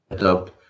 up